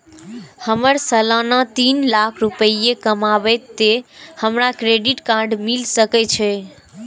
हमर सालाना तीन लाख रुपए कमाबे ते हमरा क्रेडिट कार्ड मिल सके छे?